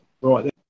right